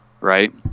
Right